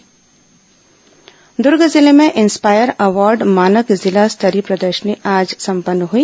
inspire award Durg जिले में inspire award मानक जिला स्तरीय प्रदर्शनी आज संपन्न हुई